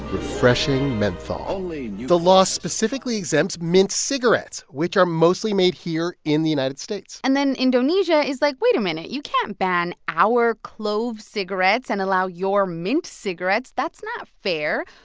refreshing menthol. the law specifically exempts mints cigarettes, which are mostly made here in the united states and then indonesia is like, wait a minute. you can't ban our clove cigarettes and allow your mint cigarettes. that's not fair.